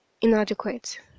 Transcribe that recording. inadequate